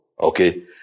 Okay